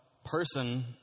person